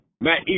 Matt